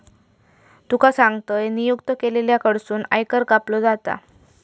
तुका सांगतंय, नियुक्त केलेल्या कडसून आयकर कापलो जाता